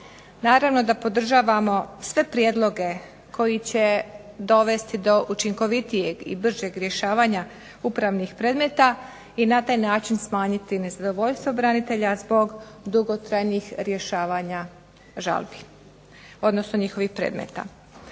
Naravno da podržavamo sve prijedloge koji će dovesti do učinkovitijeg i bržeg rješavanja upravnih predmeta i na taj način smanjiti nezadovoljstvo branitelja zbog dugotrajnih rješavanja njihovih predmeta.